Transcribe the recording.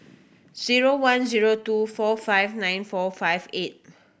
zero one zero two four five nine four five eight